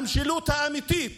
המשילות האמיתית